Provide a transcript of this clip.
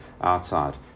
outside